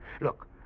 Look